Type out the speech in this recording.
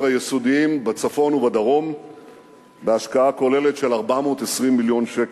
היסודיים בצפון ובדרום בהשקעה כוללת של 420 מיליון שקל.